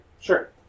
Sure